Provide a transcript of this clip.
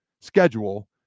schedule